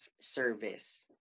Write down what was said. service